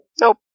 Nope